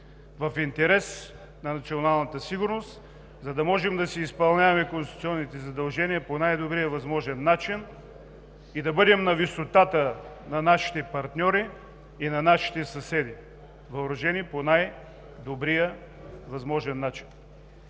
в интерес на националната сигурност, за да можем да си изпълняваме конституционните задължения по най-добрия възможен начин и да бъдем на висотата на нашите партньори, и на нашите съседи, въоръжени по най-добрия възможен начин.